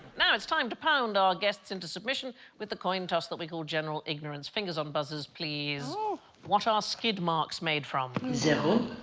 now it's time to pound our guests into submission with the coin toss that we call general ignorance fingers on buzzers, please what are skid marks made from? poo